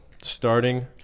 starting